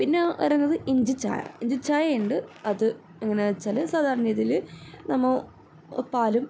പിന്നെ വരുന്നത് ഇഞ്ചി ചായ ഇഞ്ചി ചായ ഉണ്ട് അത് എങ്ങനെയെന്ന് വച്ചാല് സാധാരണ രീതിയിൽ നമ്മൾ പാലും